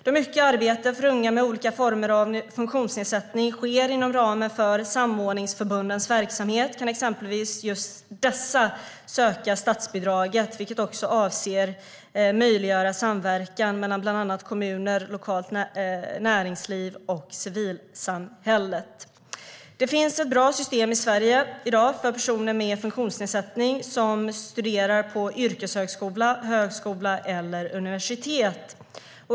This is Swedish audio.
Då mycket arbete för unga med olika former av funktionsnedsättning sker inom ramen för samordningsförbundens verksamhet kan exempelvis just dessa söka statsbidraget, vilket också avser att möjliggöra samverkan mellan bland annat kommuner, lokalt näringsliv och civilsamhälle. Det finns ett bra system i Sverige i dag för personer med funktionsnedsättning som studerar på yrkeshögskola, högskola eller universitet.